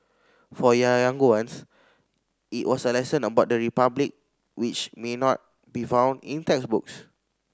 for younger ones it was a lesson about the Republic which may not be found in textbooks